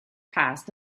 passed